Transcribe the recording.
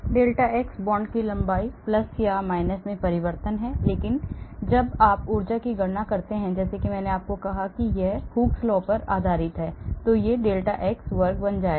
delta x bond की लंबाई plus या minus में परिवर्तन है लेकिन जब आप ऊर्जा की गणना करते हैं जैसे कि मैंने कहा कि यह Hooke's law पर आधारित है तो यह डेल्टा x वर्ग बन जाएगा